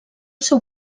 seu